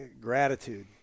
gratitude